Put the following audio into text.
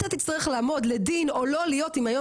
אתה תצטרך לעמוד לדין או לא להיות אם היום